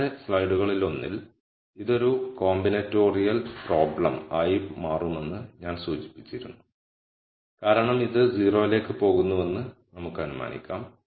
മുമ്പത്തെ സ്ലൈഡുകളിലൊന്നിൽ ഇത് ഒരു കോമ്പിനേറ്റോറിയൽ പ്രോബ്ലം ആയി മാറുമെന്ന് ഞാൻ സൂചിപ്പിച്ചിരുന്നു കാരണം ഇത് 0 ലേക്ക് പോകുന്നുവെന്ന് നമുക്ക് അനുമാനിക്കാം